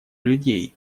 людей